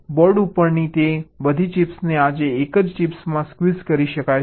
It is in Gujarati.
હવે બોર્ડ ઉપરની તે બધી ચિપ્સને આજે એક જ ચિપમાં સ્ક્વિઝ કરી શકાય છે